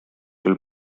küll